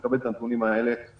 כמו שאתם רואים,